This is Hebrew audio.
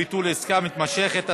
ביטול עסקה מתמשכת),